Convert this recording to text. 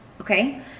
okay